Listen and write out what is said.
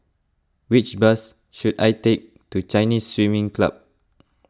which bus should I take to Chinese Swimming Club